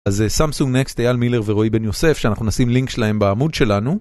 אז סמסונג נקסט, אייל מילר ורועי בן יוסף שאנחנו נשים לינק שלהם בעמוד שלנו.